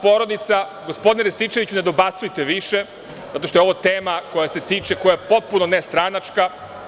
Gospodine Rističeviću, ne dobacujte više, zato što je ovo tema koja se tiče, koja je potpuno nestranačka.